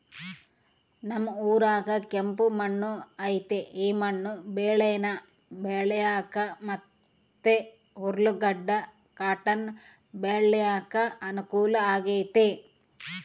ನಮ್ ಊರಾಗ ಕೆಂಪು ಮಣ್ಣು ಐತೆ ಈ ಮಣ್ಣು ಬೇಳೇನ ಬೆಳ್ಯಾಕ ಮತ್ತೆ ಉರ್ಲುಗಡ್ಡ ಕಾಟನ್ ಬೆಳ್ಯಾಕ ಅನುಕೂಲ ಆಗೆತೆ